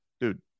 dude